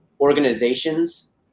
organizations